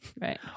Right